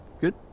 Good